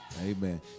Amen